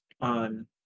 on